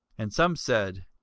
and some said,